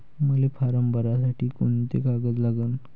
मले फारम भरासाठी कोंते कागद लागन?